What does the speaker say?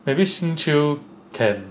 maybe xing qiu can